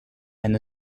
and